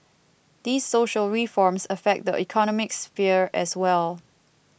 these social reforms affect the economic sphere as well